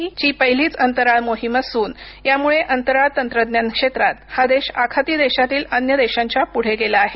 ची ही पहिलीच अंतराळ मोहीम असून यामुळे अंतराळ तंत्रज्ञान क्षेत्रात हा देश अखाती देशातील अन्य देशांच्या पुढे गेला आहे